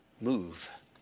move